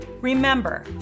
Remember